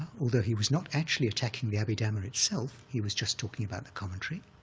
although he was not actually attacking the abhidhamma itself. he was just talking about the commentary.